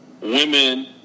women